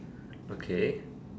okay